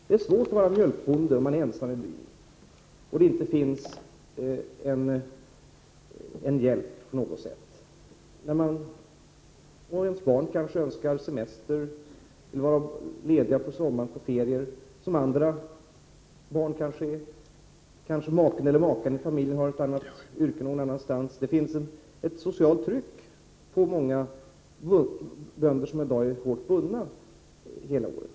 Det är svårt att vara mjölkbonde, om man är ensam i byn och det inte finns hjälp på något sätt. Man har barn och kanske önskar semester, man vill vara ledig på somrarna som man är i andra barnfamiljer. Kanske maken eller makan har ett annat yrke någon annanstans. Det finns ett socialt tryck på många bönder, som i dag är hårt bundna hela året.